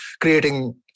creating